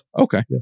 Okay